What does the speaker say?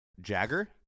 Jagger